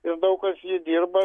ir daug kas jį dirba